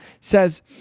Says